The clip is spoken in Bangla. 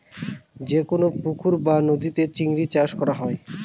যেকোনো পুকুর বা নদীতে চিংড়ি চাষ করা হয়